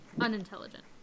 Unintelligent